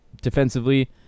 defensively